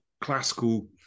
classical